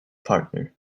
partner